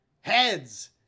Heads